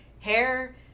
hair